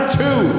two